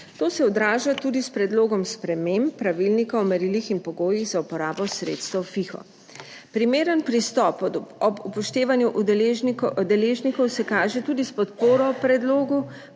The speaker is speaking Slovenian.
To se odraža tudi s predlogom sprememb pravilnika o merilih in pogojih za uporabo sredstev FIHO. Primeren pristop ob upoštevanju deležnikov se kaže tudi s podporo predlogu,